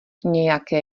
nějaké